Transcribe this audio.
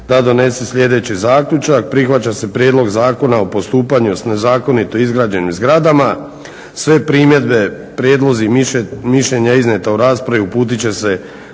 da donese sljedeći zaključak, prihvaća se Prijedlog Zakona o postupanju s nezakonito izgrađenim zgradama. Sve primjedbe, prijedlozi i mišljenja iznijeta u raspravi uputit će se